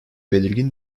belirgin